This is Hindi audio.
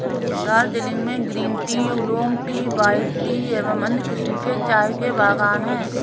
दार्जिलिंग में green tea, oolong tea, white tea एवं अन्य किस्म के चाय के बागान हैं